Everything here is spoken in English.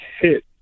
hit